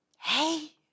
Hey